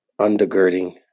undergirding